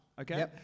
okay